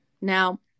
Now